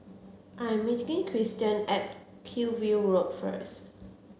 I'm meeting Kirsten at Hillview Road first